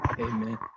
Amen